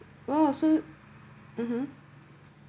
!wow! so mmhmm